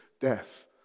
death